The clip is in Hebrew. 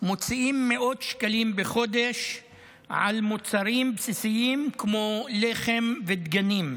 מוציאים מאות שקלים בחודש על מוצרים בסיסיים כמו לחם ודגנים.